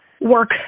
work